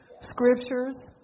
scriptures